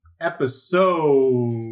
episode